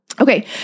Okay